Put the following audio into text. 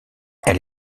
elle